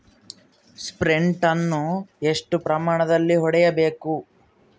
Sprint ಅನ್ನು ಎಷ್ಟು ಪ್ರಮಾಣದಲ್ಲಿ ಹೊಡೆಯಬೇಕು?